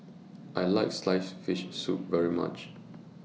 I like Sliced Fish Soup very much